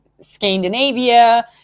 Scandinavia